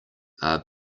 are